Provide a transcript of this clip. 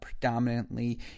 Predominantly